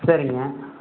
சரிங்க